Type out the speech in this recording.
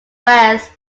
west